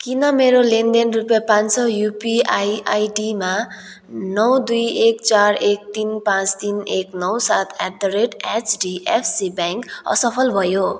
किन मेरो लेनदेन रुपियाँ पाँच सय युपिआई आइडीमा नौ दुई एक चार एक तिन पाँच तिन एक नौ सात at the rate HDFC bank असफल भयो